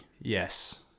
Yes